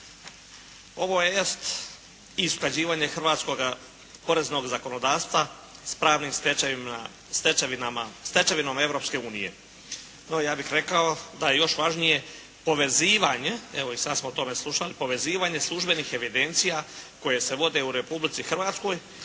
Ovo jest i usklađivanje hrvatskoga poreznog zakonodavstva s pravnim stečevinama Europske unije. No, ja bih rekao da je još važnije povezivanje, evo i sad smo o tome slušali, povezivanje službenih evidencija koje se vode u Republici Hrvatskoj